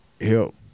help